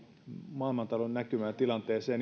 maailmantalouden näkymään ja tilanteeseen